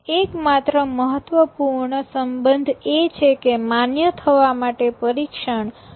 એકમાત્ર મહત્વપૂર્ણ સંબંધ એ છે કે માન્ય થવા માટે પરીક્ષણ વિશ્વસનીય હોવું જોઈએ